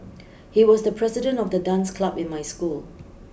he was the president of the dance club in my school